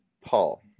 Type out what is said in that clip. paul